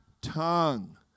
tongue